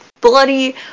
bloody